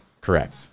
Correct